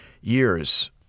years